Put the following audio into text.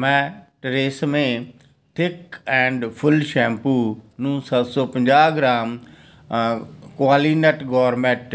ਮੈਂ Tresemme thick and full shampoo ਨੂੰ ਸੱਤ ਸੌ ਪੰਜਾਹ ਗ੍ਰਾਮ ਕੁਆਲੀਨਟ ਗੋਰਮੇਟ